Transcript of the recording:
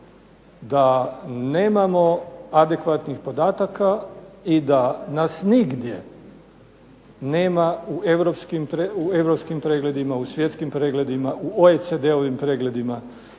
da nemamo adekvatnih podataka i da nas nigdje nema u Europskim pregledima, u svjetskim pregledima, u OECD-ovim pregledima,